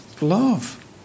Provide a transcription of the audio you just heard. love